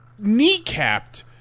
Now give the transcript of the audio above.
kneecapped